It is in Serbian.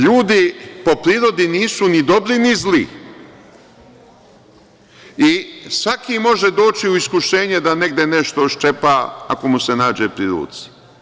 Ljudi po prirodi nisu ni dobri ni zli, i svako može doći u iskušenje da negde nešto ščepa ako mu se nađe pri ruci.